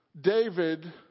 David